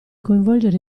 coinvolgere